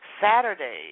Saturday